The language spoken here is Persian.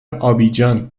آبیجان